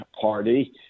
Party